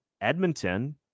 Edmonton